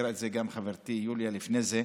והזכירה את זה חברתי יוליה לפני זה,